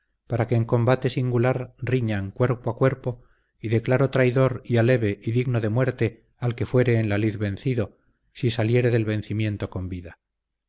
para que en combate singular riñan cuerpo a cuerpo y declaro traidor y aleve y digno de muerte al que fuere en la lid vencido si saliere del vencimiento con vida